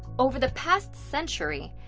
over the past century,